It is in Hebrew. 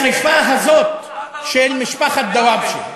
לשרפה הזאת של משפחת דוואבשה?